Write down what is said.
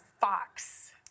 fox